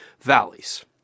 valleys